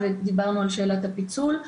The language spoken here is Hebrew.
ודיברנו על שאלת הפיצול.